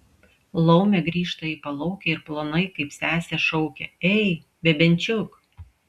laumė grįžta į palaukę ir plonai kaip sesė šaukia ei bebenčiuk